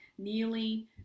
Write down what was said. kneeling